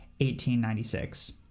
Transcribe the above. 1896